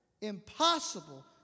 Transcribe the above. impossible